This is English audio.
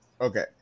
Okay